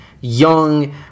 young